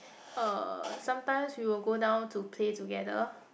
uh sometimes we will go down to play together